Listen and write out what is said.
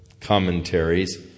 commentaries